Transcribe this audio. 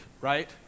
right